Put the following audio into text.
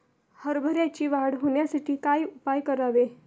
हरभऱ्याची वाढ होण्यासाठी काय उपाय करावे?